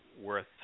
worth